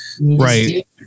Right